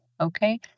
Okay